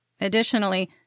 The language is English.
Additionally